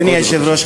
אדוני היושב-ראש,